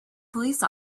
police